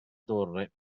torre